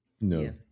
No